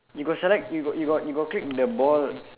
you got select you got you got you got click the ball